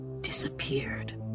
disappeared